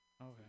Okay